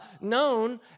known